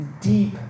deep